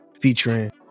featuring